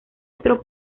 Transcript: otro